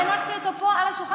לא, הנחתי אותו פה על השולחן.